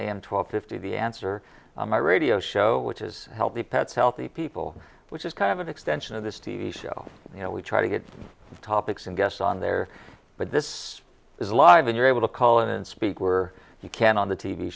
am twelve fifty the answer on my radio show which is healthy pets healthy people which is kind of an extension of this t v show you know we try to get the topics and guests on there but this is alive and you're able to call in and speak where you can on the t